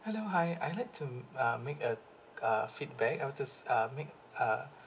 hello hi I'd like to uh make a uh feedback I want to uh make uh